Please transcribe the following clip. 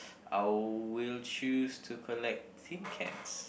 I will choose to collect tin cans